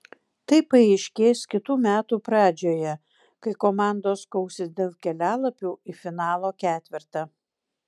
tai paaiškės kitų metų pradžioje kai komandos kausis dėl kelialapių į finalo ketvertą